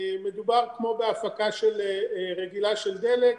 מדובר כמו בהפקה רגילה של דלק,